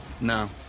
No